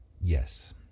Yes